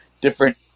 different